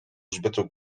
grzbietu